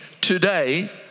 today